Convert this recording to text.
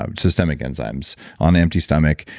ah systemic enzymes on empty stomach.